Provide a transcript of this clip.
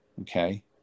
Okay